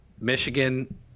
Michigan